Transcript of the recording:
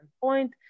point